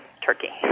Turkey